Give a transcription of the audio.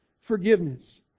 Forgiveness